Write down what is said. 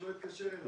שלא יתקשר אליי.